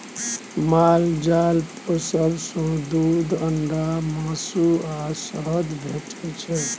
माल जाल पोसब सँ दुध, अंडा, मासु आ शहद भेटै छै